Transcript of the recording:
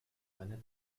eine